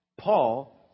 Paul